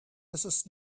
mrs